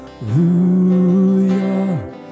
hallelujah